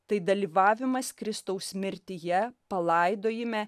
tai dalyvavimas kristaus mirtyje palaidojime